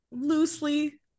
loosely